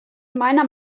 meiner